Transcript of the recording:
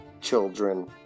children